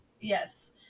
Yes